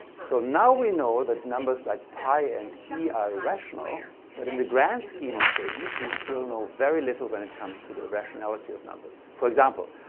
so now we know that numbers like pi and e are irrational but in the grand scheme of things we still know very little when it comes to the irrationality of numbers. for example,